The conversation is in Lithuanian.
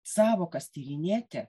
sąvokas tyrinėti